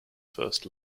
first